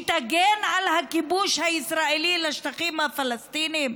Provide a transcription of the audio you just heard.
שתגן על הכיבוש הישראלי בשטחים הפלסטינים?